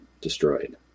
destroyed